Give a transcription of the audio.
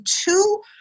two